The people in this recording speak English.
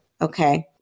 okay